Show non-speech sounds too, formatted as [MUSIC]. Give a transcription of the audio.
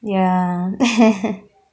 ya [LAUGHS]